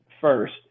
first